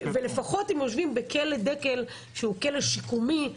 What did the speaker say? הם יושבים בכלא דקל שהוא כלא שיקומי.